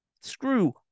screw